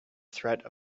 threat